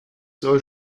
soll